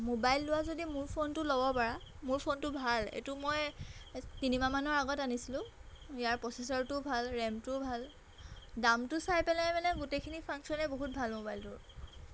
mobile লোৱা যদি মোৰ ফোনটো ল'ব পাৰা মোৰ ফোনটো ভাল এইটো মই এই তিনিমাহমানৰ আগত আনিছিলোঁ ইয়াৰ প্ৰচেচৰটোও ভাল ৰেমটোও ভাল দামটো চাই পেলাই মানে গোটেইখিনি ফাংশ্যনেই বহুত ভাল মোবাইলটোৰ